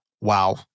wow